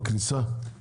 בכניסה?